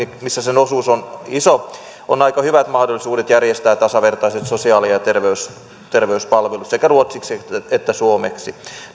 joissa sen osuus on iso on aika hyvät mahdollisuudet järjestää tasavertaiset sosiaali ja terveyspalvelut sekä ruotsiksi että suomeksi